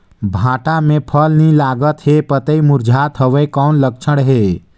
भांटा मे फल नी लागत हे पतई मुरझात हवय कौन लक्षण हे?